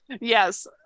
yes